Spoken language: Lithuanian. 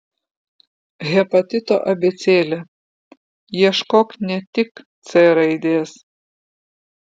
hepatito abėcėlė ieškok ne tik c raidės